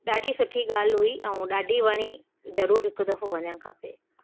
ॾाढी सुठी ॻाल्हि हुई ऐं ॾाढी वणी ज़रूरु हिकु दफ़ो वञणु खपे